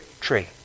tree